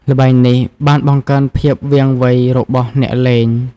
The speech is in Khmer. ល្បែងនេះបានបង្កើនភាពវាងវៃរបស់អ្នកលេង។